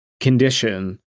condition